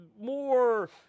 more